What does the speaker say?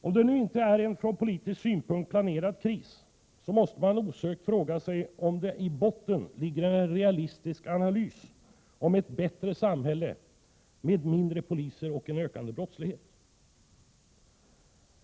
Om det nu inte är en från politisk synpunkt planerad kris måste man osökt fråga sig om det i botten ligger en realistisk analys när det gäller ett bättre samhälle med mindre poliser och en ökande brottslighet.